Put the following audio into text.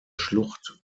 schlucht